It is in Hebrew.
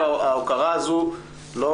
ההוקרה הזאת לא